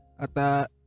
ata